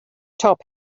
top